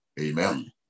amen